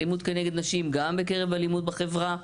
אלימות כנגד נשים גם כנגד אלימות בחברה.